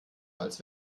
als